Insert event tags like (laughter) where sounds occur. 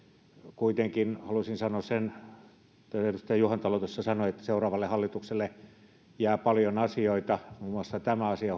kuitenkin haluaisin sanoa sen kuten edustaja juhantalo tuossa sanoi että seuraavalle hallitukselle jää paljon asioita hoidettavaksi muun muassa tämä asia (unintelligible)